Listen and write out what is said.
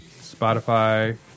Spotify